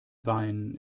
wein